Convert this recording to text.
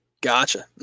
Gotcha